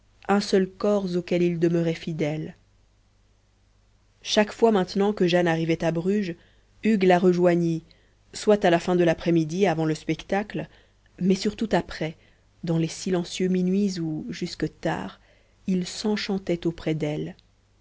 un seul corps auquel il demeurait fidèle chaque fois maintenant que jane arrivait à bruges hugues la rejoignit soit à la fin de l'après-midi avant le spectacle mais surtout après dans les silencieux minuits où jusque tard il s'enchantait auprès d'elle